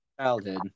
childhood